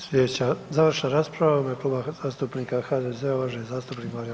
Slijedeća, završna rasprava u ime Kluba zastupnika HDZ-a, uvaženi zastupnik Mario